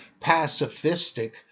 pacifistic